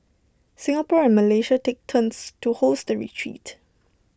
Singapore and Malaysia take turns to host the retreat